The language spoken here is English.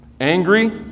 angry